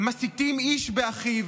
מסיתים איש באחיו.